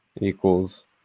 equals